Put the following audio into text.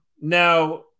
now